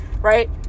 right